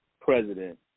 president